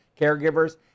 caregivers